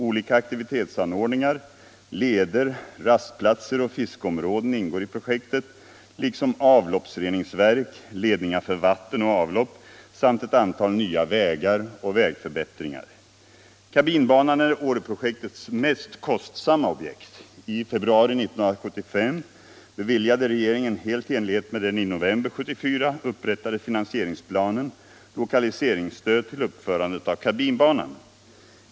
Olika aktivitetsanordningar, leder, rastplatser och fiskeområden ingår i projektet liksom avloppsreningsverk, ledningar för vatten och avlopp samt ett antal nya vägar och vägförbättringar. Kabinbanan är Åreprojektets mest kostsamma objekt. I februari 1975 beviljade regeringen — helt i enlighet med den i november 1974 upprättade finansieringsplanen — lokaliseringsstöd till uppförandet av kabinbanan.